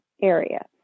area